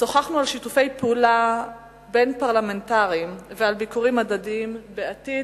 שוחחנו על שיתופי פעולה בין-פרלמנטריים ועל ביקורים הדדיים בעתיד,